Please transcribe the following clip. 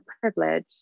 privilege